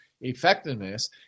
effectiveness